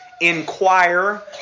inquire